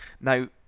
Now